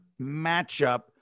matchup